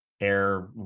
air